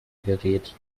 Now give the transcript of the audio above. gerät